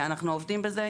אנחנו עובדים בזה.